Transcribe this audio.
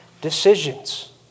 decisions